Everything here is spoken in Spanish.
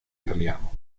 italiano